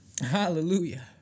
Hallelujah